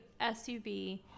SUV